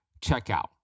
checkout